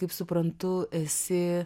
kaip suprantu esi